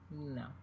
no